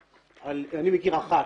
אני מכיר אחת.